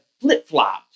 flip-flopped